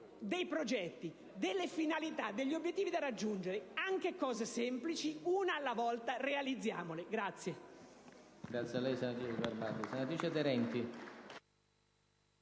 dei progetti, delle finalità, degli obiettivi da raggiungere: anche cose semplici, ma una alla volta per favore